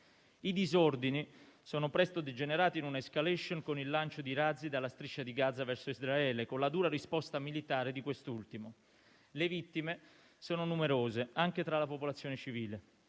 I disordini sono presto degenerati in una *escalation* con il lancio di razzi dalla Striscia di Gaza verso Israele, con la dura risposta militare di quest'ultimo. Le vittime sono numerose, anche tra la popolazione civile.